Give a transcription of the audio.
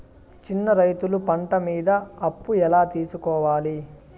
చిన్న రైతులు పంట మీద అప్పు ఎలా తీసుకోవాలి?